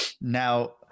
Now